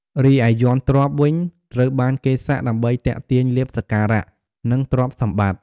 រីឯ យ័ន្តទ្រព្យ វិញ ត្រូវបានគេសាក់ដើម្បីទាក់ទាញលាភសក្ការៈ និងទ្រព្យសម្បត្តិ។